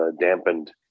dampened